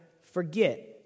forget